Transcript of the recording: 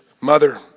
mother